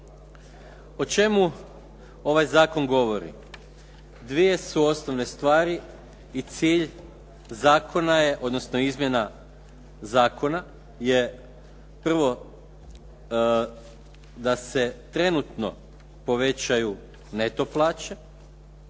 O čemu ovaj zakon govori? Dvije su osnovne stvari i cilj zakona je, odnosno izmjena zakona je, prvo da se trenutno povećaju neto plaće